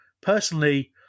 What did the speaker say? personally